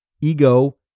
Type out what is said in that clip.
ego